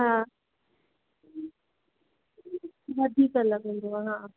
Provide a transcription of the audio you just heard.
हा वधीक लॻंदो आहे हा